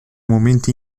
momenti